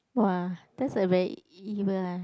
!wah! that's a very evil ah